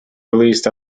released